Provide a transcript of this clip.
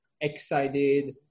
excited